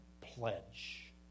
pledge